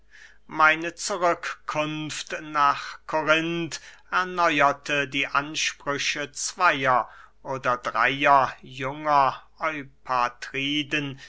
meine zurückkunft nach korinth erneuerte die ansprüche zweyer oder dreyer junger